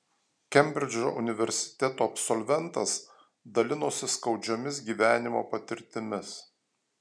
kembridžo universiteto absolventas dalinosi skaudžiomis gyvenimo patirtimis